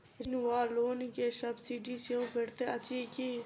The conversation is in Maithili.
ऋण वा लोन केँ सब्सिडी सेहो भेटइत अछि की?